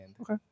Okay